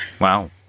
Wow